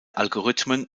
algorithmen